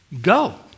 go